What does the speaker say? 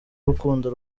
urukundo